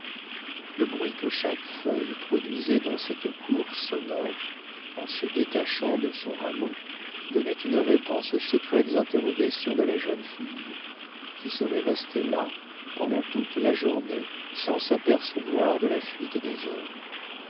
le bruit que chaque feuille produisait dans cette cour sonore en se détachant de son rameau donnait une réponse aux secrètes interrogations de la jeune fille qui serait restée là pendant toute la journée sans s'apercevoir de la fuite des heures